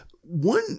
one